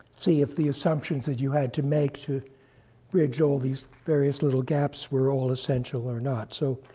see if the assumptions that you had to make to bridge all these various little gaps were all essential or not. so